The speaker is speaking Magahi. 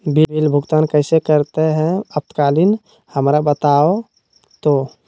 बिल भुगतान कैसे करते हैं आपातकालीन हमरा बताओ तो?